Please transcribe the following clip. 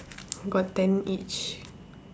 got ten each